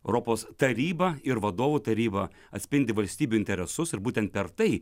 europos taryba ir vadovų taryba atspindi valstybių interesus ir būtent per tai